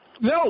No